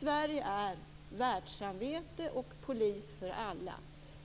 Sverige är världssamvete och polis för alla.